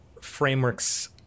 frameworks